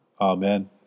Amen